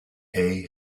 hey